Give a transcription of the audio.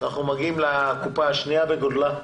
אנחנו מגיעים לקופה השנייה בגודלה,